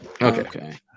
Okay